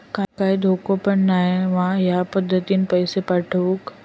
काय धोको पन नाय मा ह्या पद्धतीनं पैसे पाठउक?